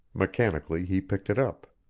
mechanically he picked it up.